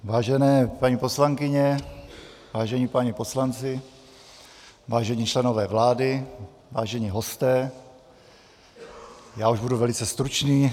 Vážené paní poslankyně, vážení páni poslanci, vážení členové vlády, vážení hosté, já už budu velice stručný.